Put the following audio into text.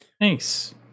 Nice